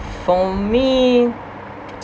for me